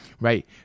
right